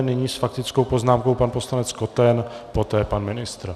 Nyní s faktickou poznámkou pan poslanec Koten, poté pan ministr.